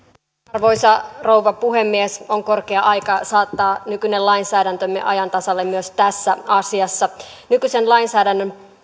arvoisa rouva puhemies on korkea aika saattaa nykyinen lainsäädäntömme ajan tasalle myös tässä asiassa nykyisen lainsäädännön